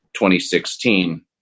2016